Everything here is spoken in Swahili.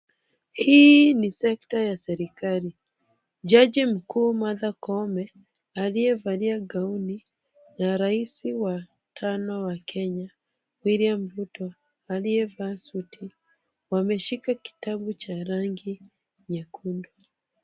Hii ni sekta ya serikali. Jaji mkuu Martha Koome, aliyevalia gauni ya raisi wa tano wa Kenya William Ruto aliyevaa suti wameshika kitabu cha rangi nyekundu.